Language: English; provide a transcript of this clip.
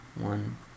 One